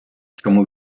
чому